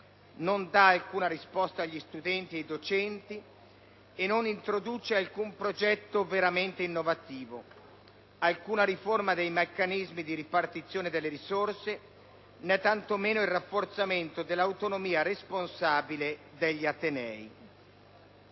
non dà alcuna risposta agli studenti e ai docenti e non introduce alcun progetto veramente innovativo, alcuna riforma dei meccanismi di ripartizione delle risorse, né tanto meno il rafforzamento dell'autonomia responsabile degli atenei.